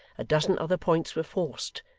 a dozen other points were forced,